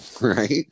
right